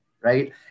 Right